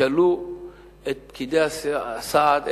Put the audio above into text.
תשאלו את פקידי הסיעוד,